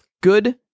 good